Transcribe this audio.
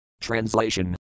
Translation